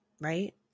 right